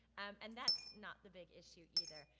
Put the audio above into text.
and that's not the big issue either.